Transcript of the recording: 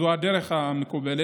זו הדרך המקובלת,